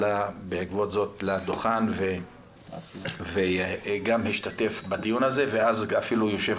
עלה בעקבות זאת לדוכן וגם השתתף בדיון הזה ואז אפילו יושב